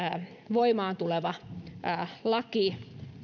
voimaan tuleva laki tähtää